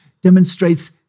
demonstrates